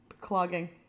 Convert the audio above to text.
Clogging